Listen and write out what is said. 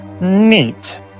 Neat